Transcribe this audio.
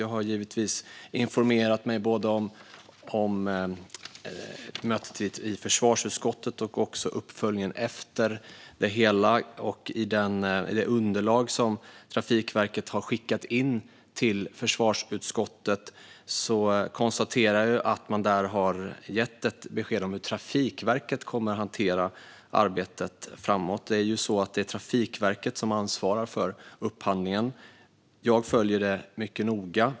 Jag har givetvis informerat mig om både mötet i försvarsutskottet och uppföljningen efteråt. I det underlag som Trafikverket har skickat in till försvarsutskottet ser jag att man där har gett besked om hur Trafikverket kommer att hantera arbetet framåt. Det är ju Trafikverket som ansvarar för upphandlingen. Jag följer detta noga.